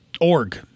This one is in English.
org